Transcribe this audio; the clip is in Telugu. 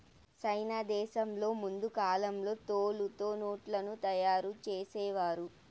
సైనా దేశంలో ముందు కాలంలో తోలుతో నోట్లను తయారు చేసేవారు